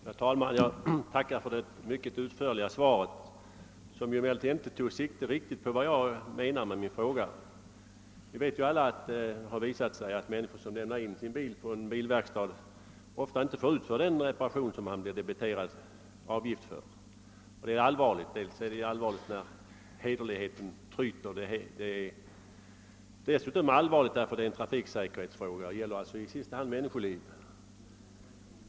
Herr talman! Jag tackar för det mycket utförliga svaret, som emellertid inte fullt täckte det som jag syftade på med min fråga. Vi vet alla att det ofta händer att personer som lämnar in sin bil på en verkstad inte får den reparation utförd, som de blir debiterade för. Denna brist på hederlighet är allvarlig, särskilt som det gäller en trafiksäkerhetsfråga och i sista hand människoliv.